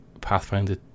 Pathfinder